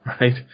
right